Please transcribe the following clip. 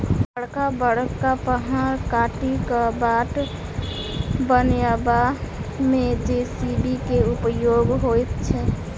बड़का बड़का पहाड़ काटि क बाट बनयबा मे जे.सी.बी के उपयोग होइत छै